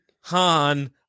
Han